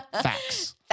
Facts